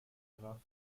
derer